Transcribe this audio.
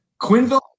Quinville